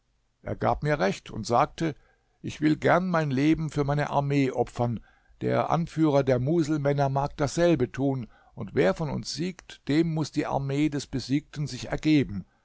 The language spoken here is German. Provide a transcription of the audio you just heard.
er gab mir recht und sagte ich will gern mein leben für meine armee opfern der anführer der muselmänner mag dasselbe tun und wer von uns siegt dem muß die armee des besiegten sich ergeben